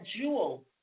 jewel